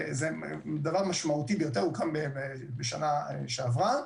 זה דבר משמעותי ביותר, והוא הוקם בשנה שעברה.